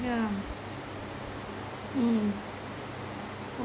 yeah mm